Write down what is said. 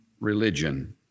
religion